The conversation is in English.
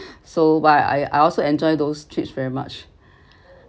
so but I I also enjoy those trips very much